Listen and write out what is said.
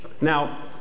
Now